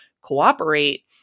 cooperate